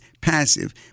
passive